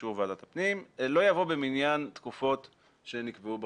באישור ועדת הפנים לא יבוא במניין תקופות שנקבעו בחוק.